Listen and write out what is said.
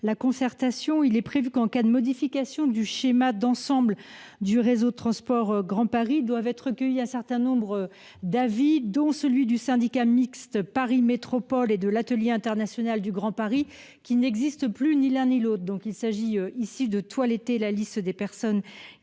la concertation il est prévu qu'en cas de modification du schéma d'ensemble du réseau de transport grand paris doivent être recueillis doivent être recueillis un certain nombres d'avis dont celui du syndicat mixte Paris Métropole et de l'atelier international du Grand Paris qui n'existe plus ni l'un ni l'autre, donc il s'agit l'un ni l'autre, donc il